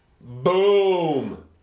Boom